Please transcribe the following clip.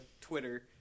Twitter